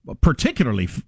particularly